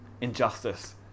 Injustice